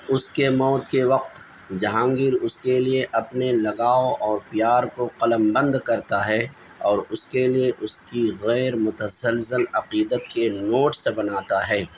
اس کے موت کے وقت جہانگیر اس کے لیے اپنے لگاؤ اور پیار کو قلم بند کرتا ہے اور اس کے لیے اس کی غیر متزلزل عقیدت کے نوٹس بناتا ہے